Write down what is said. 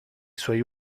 suoi